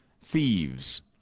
thieves